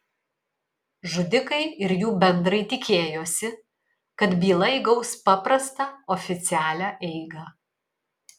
žudikai ir jų bendrai tikėjosi kad byla įgaus paprastą oficialią eigą